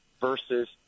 versus